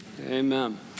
amen